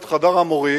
את חדר המורים,